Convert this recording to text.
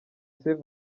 saint